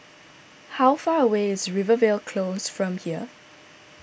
how far away is Rivervale Close from here